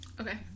Okay